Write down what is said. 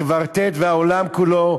הקוורטט והעולם כולו,